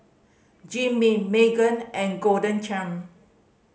Jim Beam Megan and Golden Churn